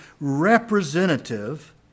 representative